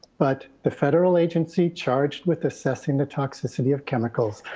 but the federal agency charged with assessing the toxicity of chemicals,